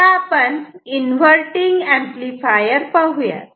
आता आपण inverting amplifier पाहुयात